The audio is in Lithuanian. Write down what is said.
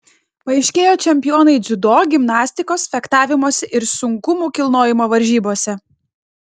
paaiškėjo čempionai dziudo gimnastikos fechtavimosi ir sunkumų kilnojimo varžybose